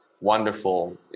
wonderful